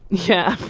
yeah.